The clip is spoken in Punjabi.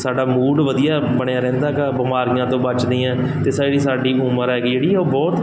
ਸਾਡਾ ਮੂਡ ਵਧੀਆ ਬਣਿਆ ਰਹਿੰਦਾ ਗਾ ਬਿਮਾਰੀਆਂ ਤੋਂ ਬਚਦੀਆਂ ਅਤੇ ਸਾਡੀ ਉਮਰ ਹੈਗੀ ਜਿਹੜੀ ਉਹ ਬਹੁਤ